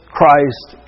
Christ